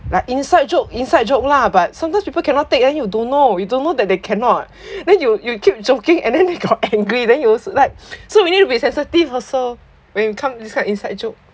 like inside joke inside joke lah but sometimes people cannot take and you don't know you don't know that they cannot then you you keep joking and then they got angry then you also like so we need to be sensitive also when it comes to this kind of inside joke